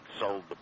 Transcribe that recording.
sold